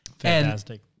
Fantastic